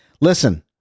listen